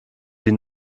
die